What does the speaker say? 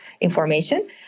information